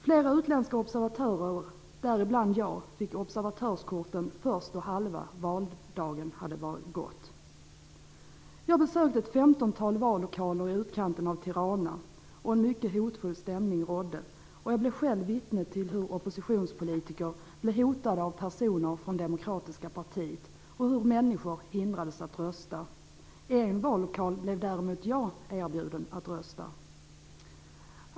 Flera utländska observatörer, bland dem jag, fick observatörskorten först då halva valdagen hade gått. Jag besökte ett femtontal vallokaler i utkanten av Tirana. En mycket hotfull stämning rådde. Jag blev själv vittne till hur oppositionspolitiker blev hotade av personer från demokratiska partiet och till hur människor hindrades från att rösta. I en vallokal blev däremot jag erbjuden att rösta.